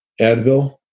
Advil